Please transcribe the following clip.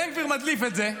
בן גביר מדליף את זה,